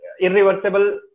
irreversible